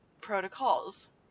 Protocols